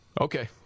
Okay